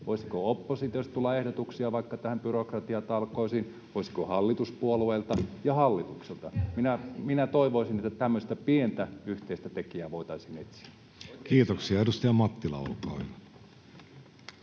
Voisiko oppositiosta tulla ehdotuksia vaikka byrokratiatalkoisiin? Voisiko hallituspuolueilta ja hallitukselta tulla? [Eveliina Heinäluoma: Kertokaa esimerkkejä!] Minä toivoisin, että tämmöistä pientä yhteistä tekijää voitaisiin etsiä. Kiitoksia. — Edustaja Mattila, olkaa